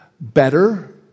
better